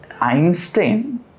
Einstein